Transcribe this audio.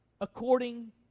according